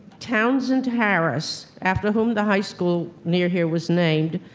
townsend harris, after whom the high school near here was named,